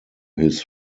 his